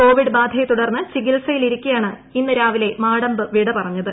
Covid ബാ ധയെ തുടർന്ന് ചികിത്സയിലിരിക്കെയാണ് ഇന്ന് രാവിലെ മാടമ്പ് വിട പറഞ്ഞത്